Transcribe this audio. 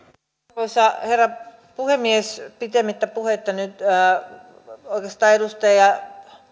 arvoisa herra puhemies pitemmittä puheitta edustaja